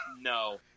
No